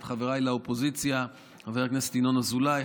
חבריי לאופוזיציה חבר הכנסת ינון אזולאי,